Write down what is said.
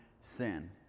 sin